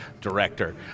director